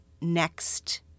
next